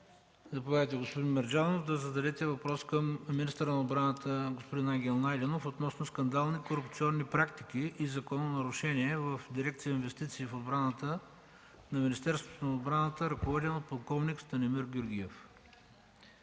Заповядайте, господин Мерджанов, да зададете въпрос към министъра на отбраната господин Ангел Найденов относно скандални корупционни практики и закононарушения в дирекция „Инвестиции в отбраната“ на Министерството на отбраната, ръководено от полк. Станимир Георгиев.